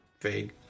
vague